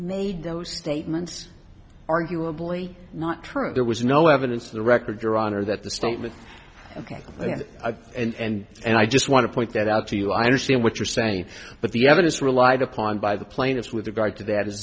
made those statements arguably not true and there was no evidence to the record your honor that the statement ok and and i just want to point that out to you i understand what you're saying but the evidence relied upon by the plaintiffs with regard to that